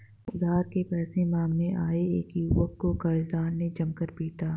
उधार के पैसे मांगने आये एक युवक को कर्जदार ने जमकर पीटा